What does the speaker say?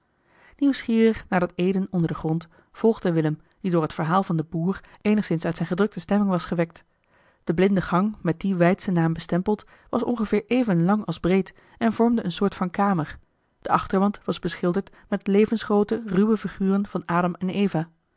nieuwsgierig naar dat eden onder den grond volgde willem die door het verhaal van den boer eenigszins uit zijne gedrukte stemming was gewekt de blinde gang met dien wijdschen naam bestempeld was ongeveer even lang als breed en vormde eene soort van kamer de achterwand was beschilderd met levensgroote ruwe figuren van adam en eva